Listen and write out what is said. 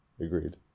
Agreed